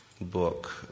book